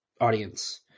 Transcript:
audience